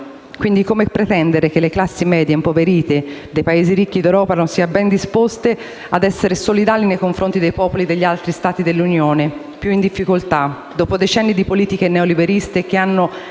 sociale. Come pretendere che le classi medie impoverite dei Paesi ricchi d'Europa siano ben disposte ad essere solidali nei confronti dei popoli degli altri Stati dell'Unione più in difficoltà, dopo decenni di politiche neoliberiste che hanno